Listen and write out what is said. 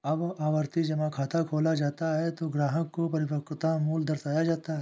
जब आवर्ती जमा खाता खोला जाता है तो ग्राहक को परिपक्वता मूल्य दर्शाया जाता है